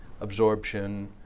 absorption